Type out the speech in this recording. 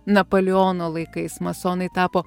napoleono laikais masonai tapo